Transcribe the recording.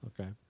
okay